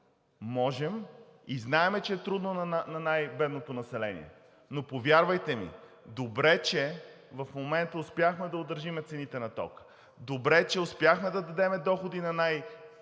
можем. Знаем, че е трудно на най-бедното население, но повярвайте ми, добре, че в момента успяхме да удържим цените на тока. Добре, че успяхме да дадем доходи на хората, които